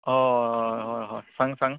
हय हय हय सांग सांग